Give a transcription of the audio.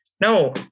No